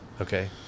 Okay